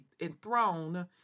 enthroned